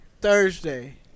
Thursday